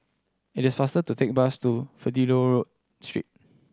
it is faster to take the bus to Fidelio Street